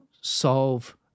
solve